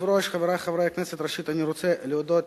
נתקבל בקריאה שלישית וייכנס לספר החוקים של